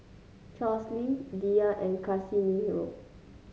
Charlsie Diya and Casimiro